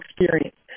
experience